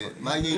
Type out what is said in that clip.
מה ההיגיון בזה?